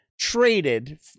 Traded